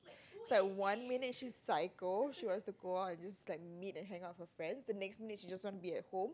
it's like one minute she's psycho she wants to go out with this like meet and hang out with her friends the next minute she just wants to be at home